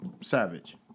Savage